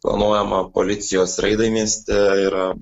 planuojama policijos reidai mieste yra